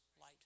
light